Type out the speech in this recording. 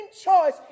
choice